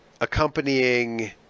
accompanying